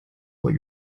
what